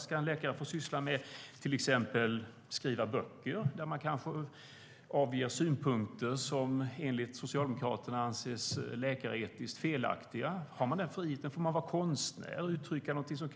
Ska en läkare få syssla med att till exempel skriva böcker där synpunkter kanske avges som enligt Socialdemokraterna är läkaretiskt felaktiga? Har man den friheten? Får man vara konstnär och uttrycka någonting som